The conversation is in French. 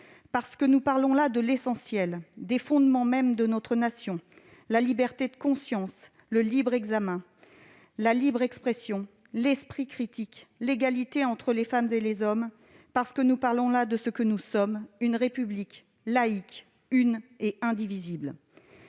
Nous parlons là de l'essentiel, des fondements mêmes de notre Nation : la liberté de conscience, le libre examen, la libre expression, l'esprit critique, l'égalité entre les femmes et les hommes. Nous parlons là de ce que nous sommes : une République laïque, une et indivisible.